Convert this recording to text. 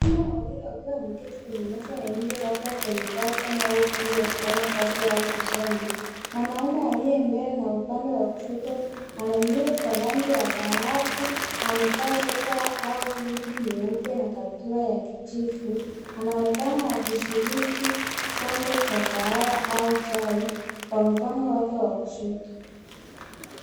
Wanaume wawili wakiwa wameketi kwenye meza ya nje labda kwenye balcony au ukumbi, wakifanya kazi au kusoma. Mwanaume aliye mbele na upande wa kushoto ana nywele za rangi ya dhahabu na amevaa sweta au hoody nyeupe na kaptura ya kijivu ,anaonekana akishiriki kikombe cha kahawa au chai kwa mkono wake wa kushoto.